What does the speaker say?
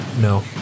No